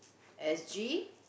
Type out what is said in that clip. S_G